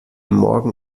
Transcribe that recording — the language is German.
morgen